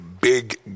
big